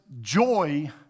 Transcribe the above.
joy